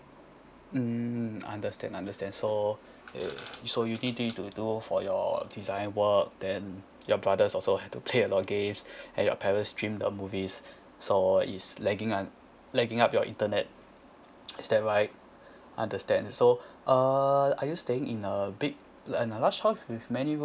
mm understand understand so so you need it to do for your design work then your brothers also have to play a lot of games and your parents stream the movies so it's lagging up lagging up your internet is that right understand so uh are you staying in a big in a large house with many rooms